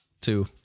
Two